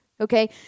Okay